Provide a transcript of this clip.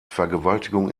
vergewaltigung